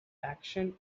action